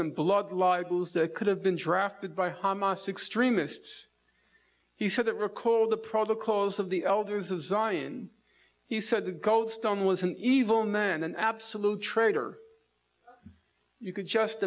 and blood libels that could have been drafted by hamas extremists he said that recalled the protocols of the elders of zion he said the goldstone was an evil man an absolute traitor you could just